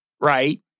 right